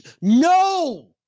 no